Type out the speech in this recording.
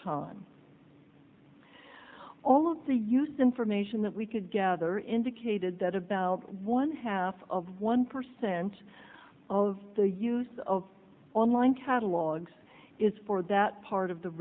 time all of the used information that we could gather indicated that about one half of one percent of the use of online catalogs is for that part of the